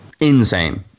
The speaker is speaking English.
Insane